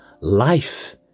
Life